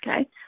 Okay